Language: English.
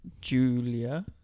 Julia